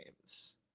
games